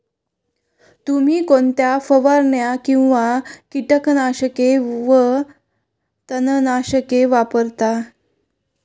तुम्ही कोणत्या फवारण्या किंवा कीटकनाशके वा तणनाशके वापरता?